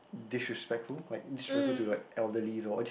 disrespectful like disrespectful to like elderly though I just